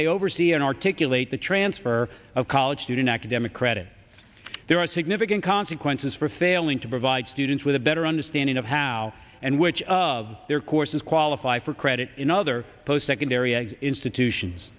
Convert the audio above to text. they oversee and articulate the transfer of college student academic credit there are significant consequences for failing to provide students with a better understanding of how and which of their courses qualify for credit in other post secondary institutions